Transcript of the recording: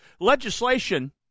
legislation